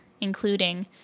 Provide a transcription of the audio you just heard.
including